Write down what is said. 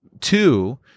two